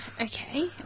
Okay